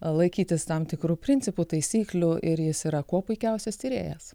laikytis tam tikrų principų taisyklių ir jis yra kuo puikiausias tyrėjas